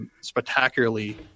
spectacularly